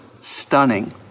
stunning